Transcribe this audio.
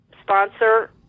sponsor